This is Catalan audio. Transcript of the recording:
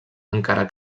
encara